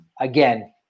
again